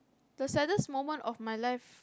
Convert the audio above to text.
the saddest moment of my life